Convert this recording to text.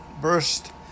burst